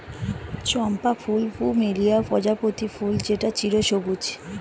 চম্পা ফুল প্লুমেরিয়া প্রজাতির ফুল যেটা চিরসবুজ